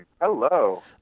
Hello